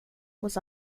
was